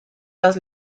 las